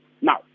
Now